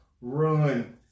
run